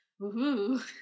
Woohoo